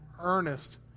earnest